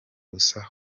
ubusa